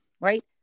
right